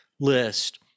list